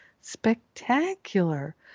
spectacular